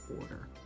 order